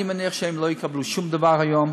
אני מניח שהם לא יקבלו שום דבר היום,